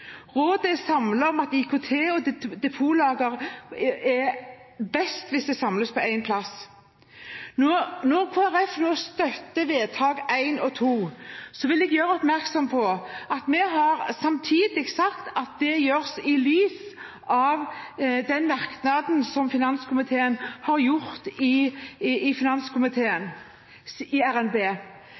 er samlet om at det er best om IKT og depotlager samles på en plass. Når Kristelig Folkeparti nå støtter forslag til vedtak I og II, vil jeg gjøre oppmerksom på at vi sier at det gjøres i lys av merknaden fra flertallet i finanskomiteen i forbindelse med revidert nasjonalbudsjett. Når vi har den merknaden, er det fordi vi i